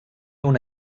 una